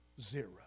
zero